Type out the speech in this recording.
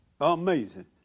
Amazing